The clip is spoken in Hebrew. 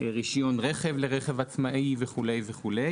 רישיון רכב לרכב עצמאי וכו'